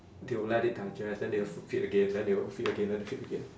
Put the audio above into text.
they will let it digest then they will feed again then they will feed again then feed again